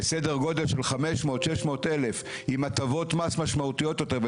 לסדר גודל של 500-600 אלף עם הטבות מס משמעותיות יותר,